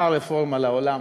באה רפורמה לעולם,